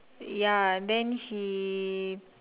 ya then he